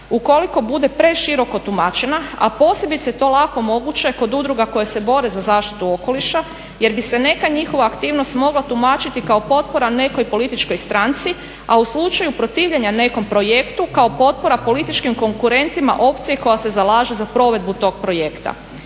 ukoliko bude preširoko tumačena a posebice je to lako moguće kod udruga koje se bore za zaštitu okoliša jer bi se neka njihova aktivnost mogla tumačiti kao potpora nekoj političkoj stranci. A u slučaju protivljenja nekom projektu kao potpora političkim konkurentima opcije koja se zalaže za provedbu tog projekta.